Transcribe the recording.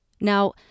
Now